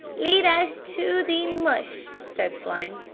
lead us to the mush, said flame.